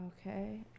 Okay